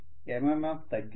MMF తగ్గింది